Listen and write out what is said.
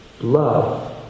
love